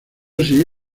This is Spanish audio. así